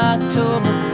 October